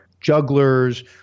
jugglers